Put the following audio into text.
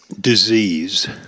disease